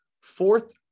fourth